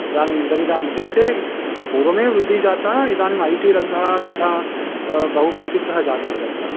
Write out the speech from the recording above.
इदानीम् इदमिदम् इत्युक्ते पूर्वमेव वृद्धिः जाता इदानीम् ऐटी रङ्गः तथा बहु प्रसिद्धः जातः तत्र